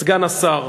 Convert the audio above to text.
סגן השר,